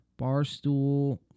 Barstool